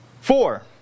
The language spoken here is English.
Four